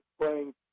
playing